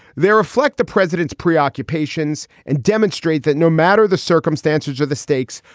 they reflect the president's preoccupations and demonstrate that no matter the circumstances are the stakes,